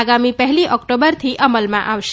આગામી પહેલી ઓક્ટોબરથી અમલમાં આવશે